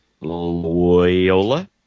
Loyola